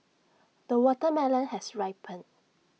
the watermelon has ripened